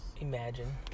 Imagine